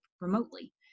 remotely